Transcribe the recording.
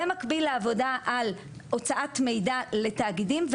במקביל לעבודה על הוצאת מידע לתאגידים,